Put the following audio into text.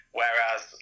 whereas